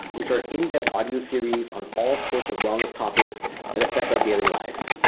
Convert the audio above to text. which are in-depth audio series on all sorts of wellness topics that affect our daily life.